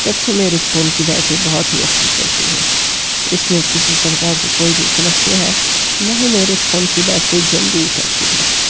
तब से मेरे फ़ोन की बैटरी बहुत ही अच्छी चलती है इसमें किसी भी प्रकार की कोई भी समस्या है ना हइ मेरी फ़ोन की बैटरी जल्दी उतरती है